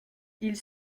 ils